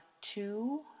two